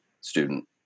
student